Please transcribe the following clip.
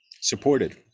supported